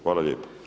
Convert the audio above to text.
Hvala lijepo.